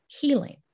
healing